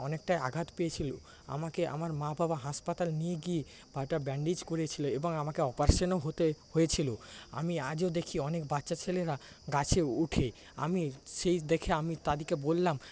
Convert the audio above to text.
অনেকটা আঘাত পেয়েছিল আমাকে আমার মা বাবা হাসপাতাল নিয়ে গিয়ে পা টা ব্যান্ডেজ করেছিল এবং আমাকে অপারেশনও হতে হয়েছিল আমি আজও দেখি অনেক বাচ্চাছেলেরা গাছে ওঠে আমি সেই দেখে আমি তাদেরকে বললাম